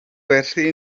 gwerthu